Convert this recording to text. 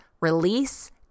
release